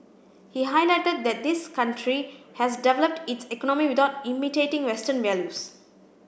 he highlighted that his country has developed its economy without imitating western values